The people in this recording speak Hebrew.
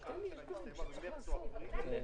שיניתם מעט.